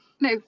No